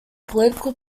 political